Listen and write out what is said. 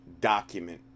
document